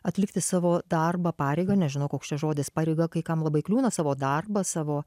atlikti savo darbą pareigą nežinau koks čia žodis pareiga kai kam labai kliūna savo darbą savo